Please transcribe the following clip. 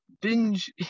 binge